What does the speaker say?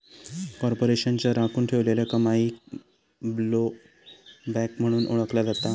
कॉर्पोरेशनच्या राखुन ठेवलेल्या कमाईक ब्लोबॅक म्हणून ओळखला जाता